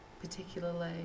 particularly